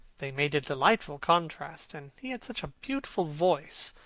they made a delightful contrast. and he had such a beautiful voice.